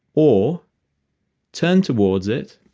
or turn towards it,